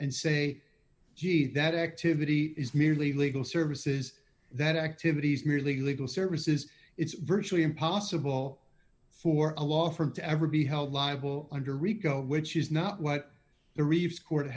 and say gee that activity is merely legal services that activities merely legal services it's virtually impossible for a law firm to ever be held liable under rico which is not what the ree